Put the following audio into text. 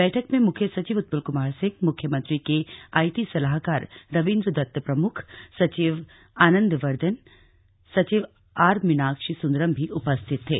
बैठक में मुख्य सचिव उत्पल कुमार सिंह मुख्यमंत्री के आईटी सलाहकार रवीन्द्र दत्त प्रमुख सचिव आनंदवर्द्धन सचिव आरमीनाक्षी सुंदरम भी उपस्थित थे